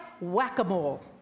whack-a-mole